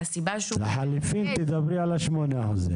אז תדברי על ה-8%.